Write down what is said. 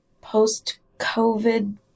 post-COVID